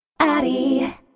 Addy